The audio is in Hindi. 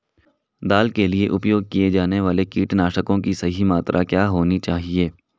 दाल के लिए उपयोग किए जाने वाले कीटनाशकों की सही मात्रा क्या होनी चाहिए?